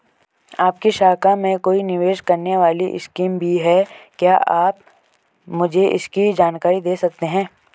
आपकी शाखा में कोई निवेश करने वाली स्कीम भी है क्या आप मुझे इसकी जानकारी दें सकते हैं?